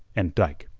and dyke.